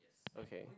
okay